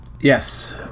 Yes